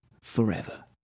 forever